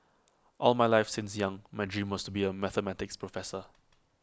all my life since young my dream was to be A mathematics professor